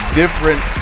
different